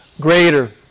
greater